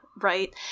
right